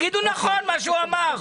הוראת הביצוע.